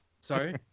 Sorry